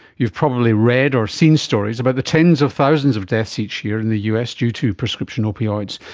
you've probably read or seen stories about the tens of thousands of deaths each year in the us due to prescription opioids.